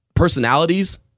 personalities